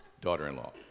daughter-in-law